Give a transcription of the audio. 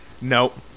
Nope